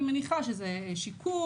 אני מניחה שזה שיקום,